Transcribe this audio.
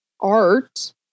art